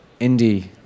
indie